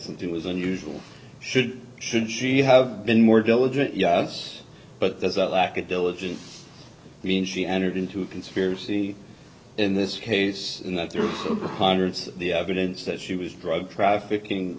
something was unusual should should she have been more diligent yes but there's a lack of diligence i mean she entered into a conspiracy in this case and that there are hundreds the evidence that she was drug trafficking